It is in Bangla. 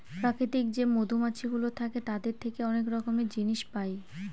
প্রাকৃতিক যে মধুমাছিগুলো থাকে তাদের থেকে অনেক রকমের জিনিস পায়